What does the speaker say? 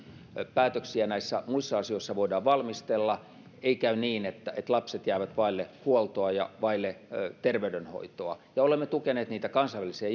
päätöksiä muissa asioissa voidaan valmistella ei käy niin että että lapset jäävät vaille huoltoa ja vaille terveydenhoitoa ja olemme tukeneet kansainvälisiä